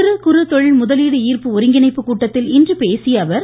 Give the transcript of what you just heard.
சிறுகுறு தொழில் முதலீடு ஈர்ப்பு ஒருங்கிணைப்பு கூட்டத்தில் இன்று பேசிய அவர்